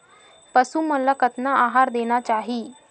पशु मन ला कतना आहार देना चाही?